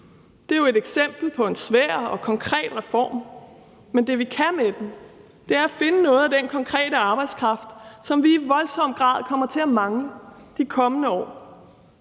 Det er jo et eksempel på en svær og konkret reform, men det, vi kan med den, er at finde noget af den konkrete arbejdskraft, som vi i voldsom grad kommer til at mangle de kommende år